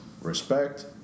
respect